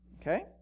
okay